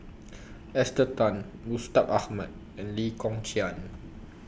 Esther Tan Mustaq Ahmad and Lee Kong Chian